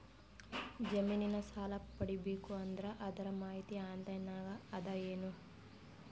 ಜಮಿನ ಸಾಲಾ ಪಡಿಬೇಕು ಅಂದ್ರ ಅದರ ಮಾಹಿತಿ ಆನ್ಲೈನ್ ನಾಗ ಅದ ಏನು?